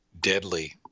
deadly